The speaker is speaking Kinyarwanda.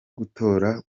gutora